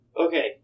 Okay